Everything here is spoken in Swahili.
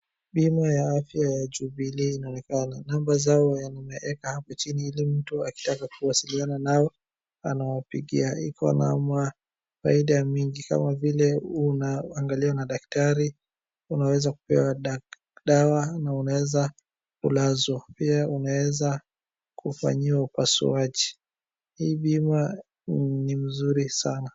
Bima ya afya ya Jubilee inaonekana. namba zao wameweka hapo chini ili mtu akitaka kuwasiliana nao anawapigia. Iko na mafaida mingi kama vile unaangaliwa na daktari, unaweza kupewa dawa na unaweza kulazwa, pia unaweza kufanyiwa upasuaji. Hii bima ni mzuri sana.